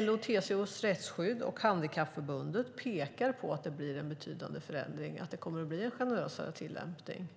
LO:s och TCO:s rättsskydd och Handikappförbundet pekar på att det blir en betydande förändring och att det kommer att bli en generösare tillämpning.